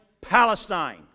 Palestine